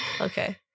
Okay